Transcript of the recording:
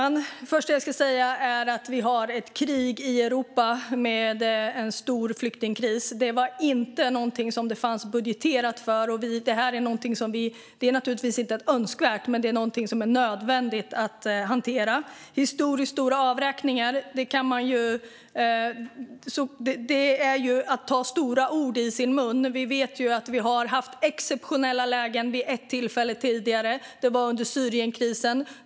Fru talman! Det första jag ska säga är att vi har ett krig i Europa och en stor flyktingkris. Det är ingenting som det var budgeterat för, och det är naturligtvis något som inte är önskvärt - men det är ändå nödvändigt att hantera. Att kalla det historiskt stora avräkningar är att ta stora ord i sin mun; vi vet ju att vi har haft exceptionella lägen vid ett tidigare tillfälle, nämligen under Syrienkrisen.